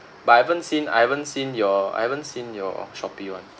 but I haven't seen I haven't seen your I haven't seen your Shopee one